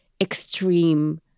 extreme